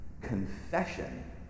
Confession